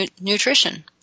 nutrition